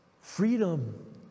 Freedom